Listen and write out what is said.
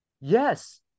yes